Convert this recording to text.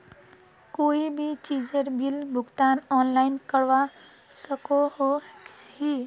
कोई भी चीजेर बिल भुगतान ऑनलाइन करवा सकोहो ही?